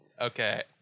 Okay